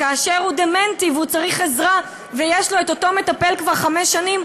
כאשר הוא דמנטי והוא צריך עזרה ויש לו אותו מטפל כבר חמש שנים,